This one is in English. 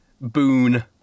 boon